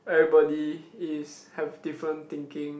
everybody is have different thinking